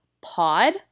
Pod